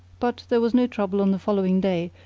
but there was no trouble on the following day,